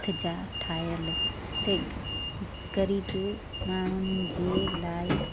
हथ जा ठाहियल ते ग़रीब माण्हुनि जे लाइ